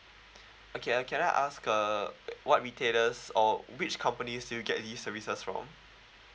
okay ah can I ask uh what retailers or which company do you get these services from